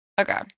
Okay